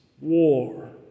war